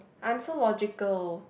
I'm so logical